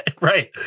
right